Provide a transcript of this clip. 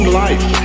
life